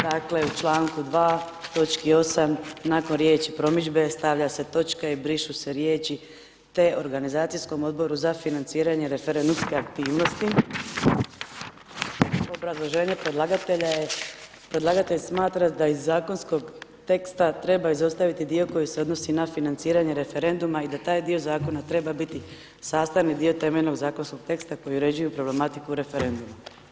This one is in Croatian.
Dakle, u članku 2., točki 8., nakon riječi promidžbe stavlja se točka i brišu se riječi, te organizacijskom Odboru za financiranje referendumske aktivnosti, obrazloženje predlagatelja je, predlagatelj smatra da iz zakonskog teksta treba izostaviti dio koji se odnosi na financiranje referenduma i da taj dio Zakona treba biti sastavni dio temeljnog zakonskog teksta koji uređuje problematiku referenduma.